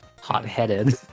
hot-headed